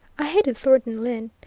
i hated thornton lyne,